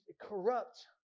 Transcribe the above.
corrupt